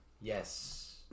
Yes